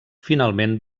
finalment